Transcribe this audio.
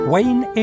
Wayne